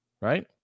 right